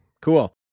cool